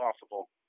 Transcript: possible